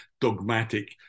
dogmatic